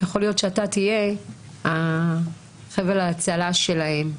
ויכול להיות שאתה תהיה החבל ההצלה שלהם.